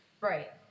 right